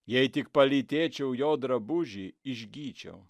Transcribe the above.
jei tik palytėčiau jo drabužį išgyčiau